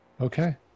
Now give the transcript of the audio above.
Okay